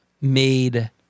made –